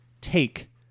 take